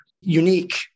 unique